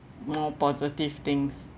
more positive things